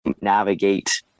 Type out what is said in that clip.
navigate